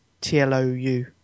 T-L-O-U